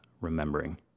remembering